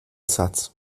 satz